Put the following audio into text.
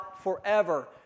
forever